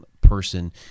person